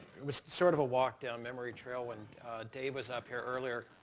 was sort of a walk down memory trail when dav was up here earlier.